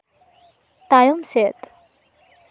ᱛᱟᱭᱚᱢ ᱥᱮᱫ